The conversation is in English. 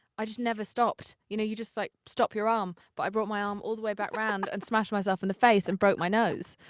i just never stopped. you know, you just, like, stop your arm, but i brought my arm um all the way back round and smashed myself in the face and broke my nose.